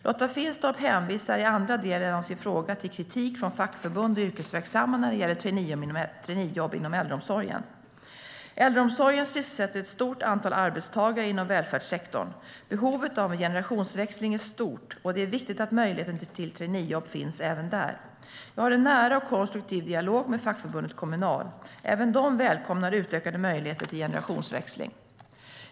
Lotta Finstorp hänvisar i andra delen av sin fråga till kritik från fackförbund och yrkesverksamma när det gäller traineejobb inom äldreomsorgen. Äldreomsorgen sysselsätter ett stort antal arbetstagare inom välfärdssektorn. Behovet av en generationsväxling är stort, och det är viktigt att möjligheter till traineejobb finns även där. Jag har en nära och konstruktiv dialog med fackförbundet Kommunal. Även de välkomnar utökade möjligheter till generationsväxling.